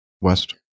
West